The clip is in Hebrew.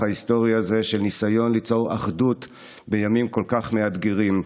ההיסטורי הזה של ניסיון ליצור אחדות בימים כל כך מאתגרים.